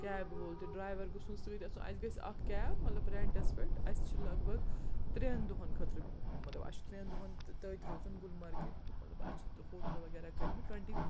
کیبہِ وول تہِ ڈرٛایوَر گوٚژھ نہٕ سۭتۍ آسُن اَسہِ گژھِ اَکھ کیب مطلب رٮ۪نٛٹَس پٮ۪ٹھ اَسہِ چھِ لگ بگ ترٛٮ۪ن دۄہَن خٲطرٕ مطلب اَسہِ چھِ ترٛٮ۪ن دۄہَن تٔتۍ روزُن گُلمرگہِ مطلب اَسہِ چھِ ہوٹَل وغیرہ کٔرۍمٕتۍ ٹُوَنٹی